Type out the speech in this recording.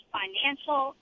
financial